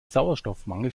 sauerstoffmangel